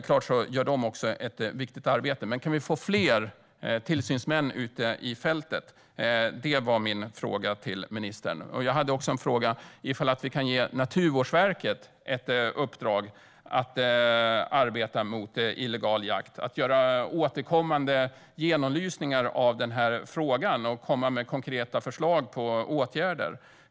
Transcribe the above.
Kan vi få fler tillsynsmän ute på fältet? Det var min fråga till ministern. Jag hade också en fråga om man kunde ge Naturvårdsverket ett uppdrag att arbeta mot illegal jakt, att göra återkommande genomlysningar av den här frågan och komma med konkreta förslag till åtgärder.